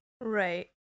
Right